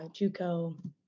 JUCO